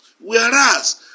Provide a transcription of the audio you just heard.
Whereas